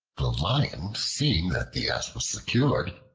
the lion, seeing that the ass was secured,